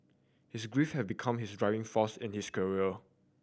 his grief have become his driving force in his career